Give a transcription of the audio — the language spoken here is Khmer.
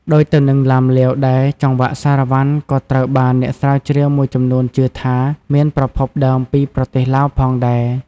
ដូចទៅនឹងឡាំលាវដែរ ចង្វាក់សារ៉ាវ៉ាន់ក៏ត្រូវបានអ្នកស្រាវជ្រាវមួយចំនួនជឿថាមានប្រភពដើមពីប្រទេសឡាវផងដែរ។